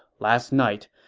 last night,